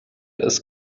ist